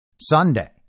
Sunday